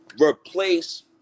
replace